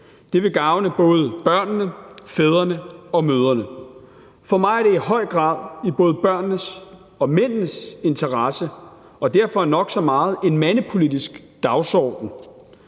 Det vil gavne både børnene, fædrene og mødrene. For mig er det i høj grad i både børnenes og mændenes interesse, og derfor er det nok så meget en mandepolitisk dagsorden.